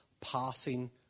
passing